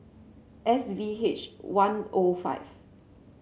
S V H one O five